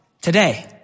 today